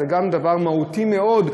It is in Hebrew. גם זה דבר מהותי מאוד,